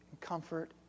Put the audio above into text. comfort